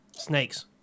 Snakes